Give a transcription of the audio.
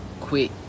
quit